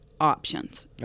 options